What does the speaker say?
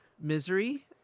misery